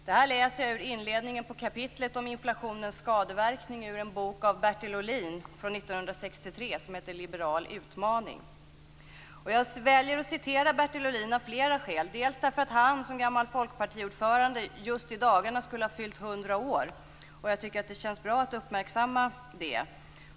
Det här läser jag ur inledningen på kapitlet om inflationens skadeverkningar i en bok av Bertil Ohlin från 1963. Den heter Liberal utmaning. Jag väljer att citera Bertil Ohlin av flera skäl. Dels skulle han, en gammal folkpartiordförande, just i dagarna ha fyllt 100 år. Jag tycker att det känns bra att uppmärksamma det.